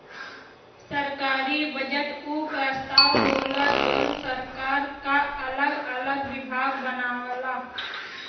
सरकारी बजट उ प्रस्ताव होला जौन सरकार क अगल अलग विभाग बनावला